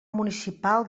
municipal